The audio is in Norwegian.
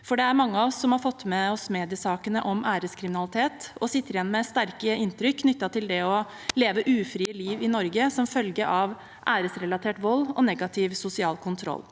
for det er mange av oss som har fått med seg mediesakene om æreskriminalitet, og som sitter igjen med sterke inntrykk knyttet til det å leve et ufritt liv i Norge som følge av æresrelatert vold og negativ sosial kontroll.